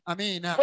Amen